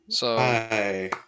hi